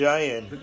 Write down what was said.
Giant